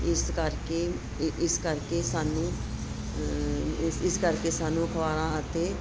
ਇਸ ਕਰਕੇ ਇਸ ਕਰਕੇ ਸਾਨੂੰ ਇਸ ਇਸ ਕਰਕੇ ਸਾਨੂੰ ਅਖ਼ਬਾਰਾਂ ਅਤੇ